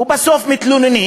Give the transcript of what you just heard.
ובסוף מתלוננים